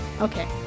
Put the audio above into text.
Okay